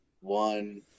one